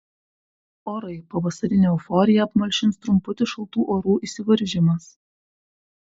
orai pavasarinę euforiją apmalšins trumputis šaltų orų įsiveržimas